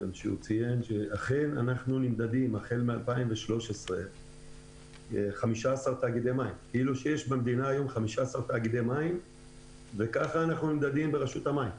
הוא ציין שמ-2013 יש במדינה 15 תאגידי מים וכך אנחנו נמדדים ברשות המים.